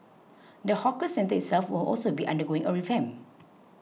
the hawker centre itself will also be undergoing a revamp